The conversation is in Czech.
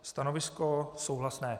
Stanovisko souhlasné.